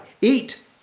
eat